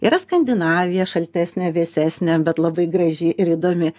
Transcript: yra skandinavija šaltesnė vėsesnė bet labai graži ir įdomi